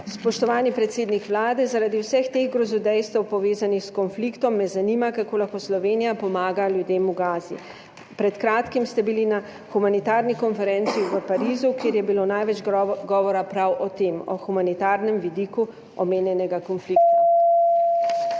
Spoštovani predsednik Vlade, zaradi vseh teh grozodejstev, povezanih s konfliktom, me zanima: Kako lahko Slovenija pomaga ljudem v Gazi? Pred kratkim ste bili na humanitarni konferenci v Parizu, kjer je bilo največ govora prav o tem, o humanitarnem vidiku omenjenega konflikta.